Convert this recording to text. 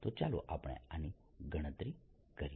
તો ચાલો આપણે આની ગણતરી કરીએ